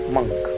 Monk